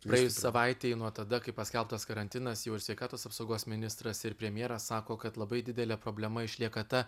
praėjus savaitei nuo tada kai paskelbtas karantinas jau ir sveikatos apsaugos ministras ir premjeras sako kad labai didelė problema išlieka ta